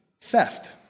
Theft